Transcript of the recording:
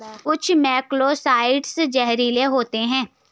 कुछ मोलॉक्साइड्स जहरीले होते हैं